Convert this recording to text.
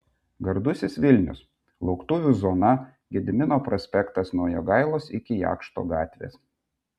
gardusis vilnius lauktuvių zona gedimino prospektas nuo jogailos iki jakšto gatvės